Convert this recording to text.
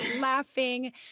laughing